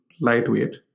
lightweight